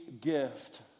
gift